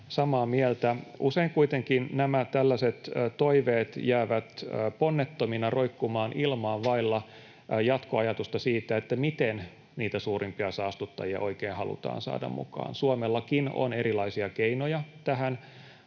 samaa mieltä. Usein kuitenkin nämä tällaiset toiveet jäävät ponnettomina roikkumaan ilmaan vailla jatkoajatusta siitä, miten niitä suurimpia saastuttajia oikein halutaan saada mukaan. Suomellakin on erilaisia keinoja tähän,